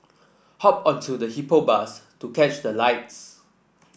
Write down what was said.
hop onto the Hippo Bus to catch the lights